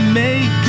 make